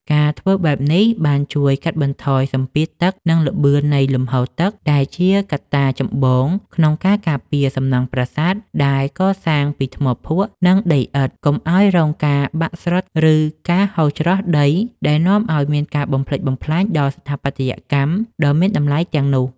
ការធ្វើបែបនេះបានជួយកាត់បន្ថយសម្ពាធទឹក និងល្បឿននៃលំហូរទឹក ដែលជាកត្តាចម្បងក្នុងការការពារសំណង់ប្រាសាទដែលកសាងពីថ្មភក់ និងដីឥដ្ឋ កុំឱ្យរងការបាក់ស្រុតគ្រឹះ ឬការហូរច្រោះដីដែលនាំឱ្យមានការបំផ្លិចបំផ្លាញដល់ស្ថាបត្យកម្មដ៏មានតម្លៃទាំងនោះ។